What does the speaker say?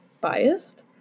biased